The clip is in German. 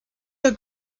der